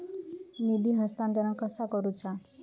निधी हस्तांतरण कसा करुचा?